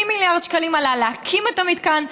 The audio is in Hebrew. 0.5 מיליארד שקלים עלה להקים את המתקן,